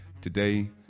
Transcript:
Today